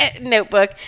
notebook